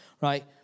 right